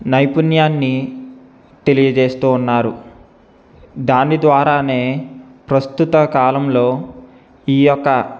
నైపుణ్యాన్ని తెలియచేస్తూ ఉన్నారు దాని ద్వారానే ప్రస్తుత కాలంలో ఈ యొక్క